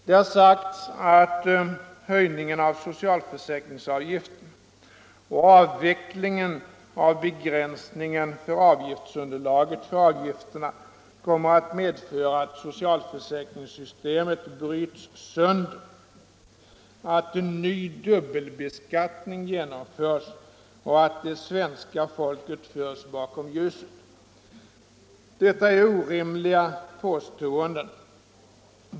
Det har sagts att höjningen av socialförsäkringsavgiften och avvecklingen av begränsningen i avgiftsunderlaget för avgifterna kommer att medföra att ”socialförsäkringssystemet bryts sönder”, att ”en ny dubbelbeskattning genomförs” och att ”svenska folket förs bakom ljuset”. Detta är orimliga påståenden.